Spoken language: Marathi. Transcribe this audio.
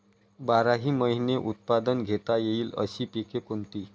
बाराही महिने उत्पादन घेता येईल अशी पिके कोणती?